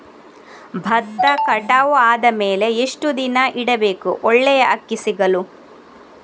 ಭತ್ತ ಕಟಾವು ಆದಮೇಲೆ ಎಷ್ಟು ದಿನ ಇಡಬೇಕು ಒಳ್ಳೆಯ ಅಕ್ಕಿ ಸಿಗಲು?